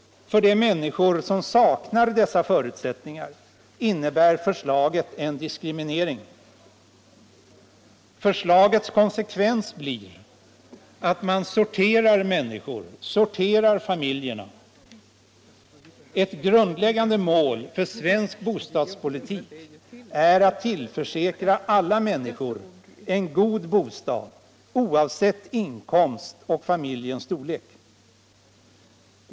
För de människor som saknar dessa förutsättningar innebär förslaget en diskriminering. Förslagets konsekvens blir att man sorterar människor, sorterar familjer. Ett grundläggande mål för svensk bostadspolitik är att tillförsäkra alla människor en god bostad oavsett inkomst och familjens storlek.